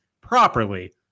properly